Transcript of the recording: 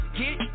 get